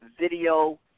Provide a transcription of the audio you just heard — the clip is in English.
video